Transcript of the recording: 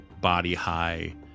body-high